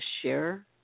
share